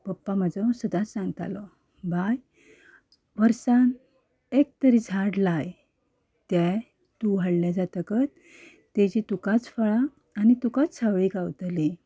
पप्पा म्हाजो सदांच सांगतालो बाय वर्सान एक तरी झाड लाय तें तूं व्हडलें जातकच तेजी तुकाच फळां आनी तुकाच सावळी गावतली